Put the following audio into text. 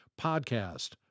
Podcast